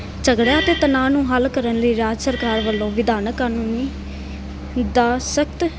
ਝਗੜਿਆਂ ਅਤੇ ਤਨਾਅ ਨੂੰ ਹੱਲ ਕਰਨ ਲਈ ਰਾਜ ਸਰਕਾਰ ਵੱਲੋਂ ਵਿਧਾਨਕ ਕਾਨੂੰਨੀ ਦਾ ਸਖਤ